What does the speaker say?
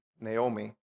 Naomi